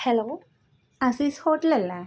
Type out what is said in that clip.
hello Aziz hotel അല്ലേ